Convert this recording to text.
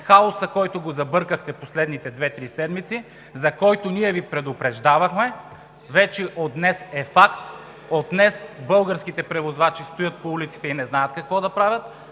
Хаосът, който го забъркахте последните две-три седмици, за който ние Ви предупреждавахме, вече от днес е факт – от днес българските превозвачи стоят по улиците и не знаят какво да правят.